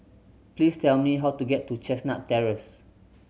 please tell me how to get to Chestnut Terrace